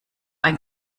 ein